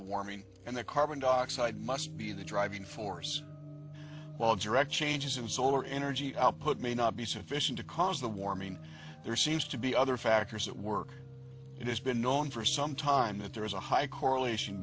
warming and that carbon dioxide must be the driving force while direct changes in solar energy output may not be sufficient to cause the warming there seems to be other factors at work it has been known for some time that there is a high correlation